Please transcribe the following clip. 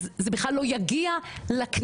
אז זה בכלל לא יגיע לכנסת,